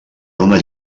donar